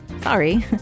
sorry